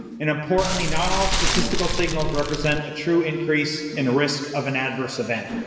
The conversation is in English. and importantly not all statistical signals represent a true increase in a risk of an adverse event.